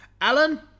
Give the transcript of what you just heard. Alan